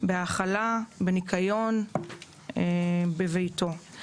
בהאכלה ובניקיון בביתו.